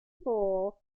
fall